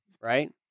right